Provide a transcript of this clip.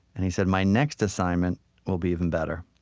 and he said, my next assignment will be even better.